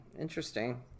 interesting